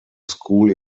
school